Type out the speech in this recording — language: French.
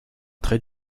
très